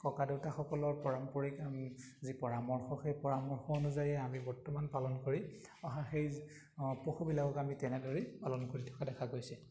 ককা দেউতাসকলৰ পাৰম্পৰিক যি পৰামৰ্শ সেই পৰামৰ্শ অনুযায়ীয়ে আমি বৰ্তমান পালন কৰি অহা সেই পশুবিলাকক আমি তেনেদৰেই পালন কৰি থকা দেখা গৈছে